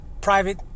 Private